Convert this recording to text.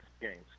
games